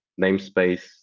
namespace